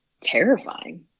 terrifying